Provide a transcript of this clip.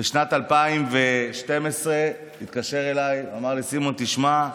בשנת 2012 התקשר אליי, אמר לי: סימון, תשמע,